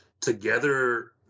together